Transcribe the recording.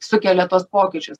sukelia tuos pokyčius